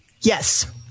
Yes